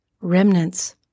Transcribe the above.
remnants